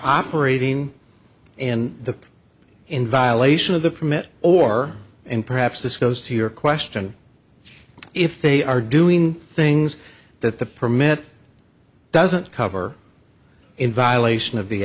operating in the in violation of the permit or and perhaps this goes to your question if they are doing things that the permit doesn't cover in violation of the